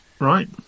Right